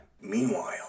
Meanwhile